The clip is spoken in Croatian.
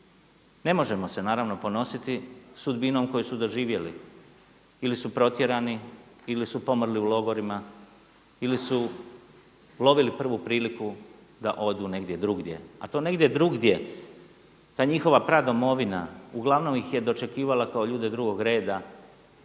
Ne možemo se naravno ponositi sudbinom koju su doživjeli ili su protjerani ili su pomrli u logorima, ili su ulovili prvu priliku da odu negdje drugdje. A to negdje drugdje, ta njihova pradomovina uglavnom ih je dočekivala kao ljude drugog reda.